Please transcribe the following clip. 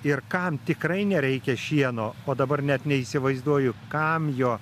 ir kam tikrai nereikia šieno o dabar net neįsivaizduoju kam jo